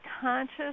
conscious